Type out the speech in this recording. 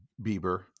Bieber